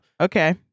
Okay